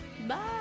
Bye